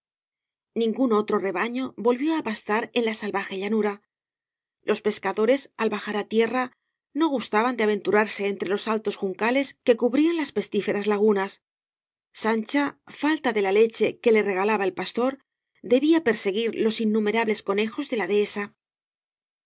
ningún otro rebaño volvió á pastar en la salvaje llanura los pescadores al bajar á tierra no gustaban de aventurarse entre los altos juncales que cubrían las pestíferas lagunas sancha falta de la leche con que le regalaba el pastor debía perseguir los innumerables conejos de la dehesa